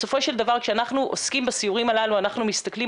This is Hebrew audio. בסופו של דבר כשאנחנו עוסקים בסיורים הללו אנחנו מסתכלים